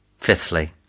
Fifthly